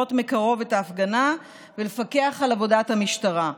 לראות מקרוב את ההפגנה ולפקח על עבודת המשטרה,